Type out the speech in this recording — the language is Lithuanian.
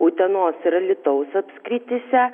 utenos ir alytaus apskrityse